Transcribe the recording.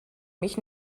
mich